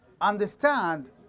understand